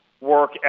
work